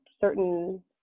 certain